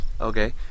okay